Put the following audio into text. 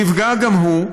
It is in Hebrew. נפגע גם הוא.